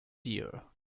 dear